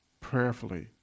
Prayerfully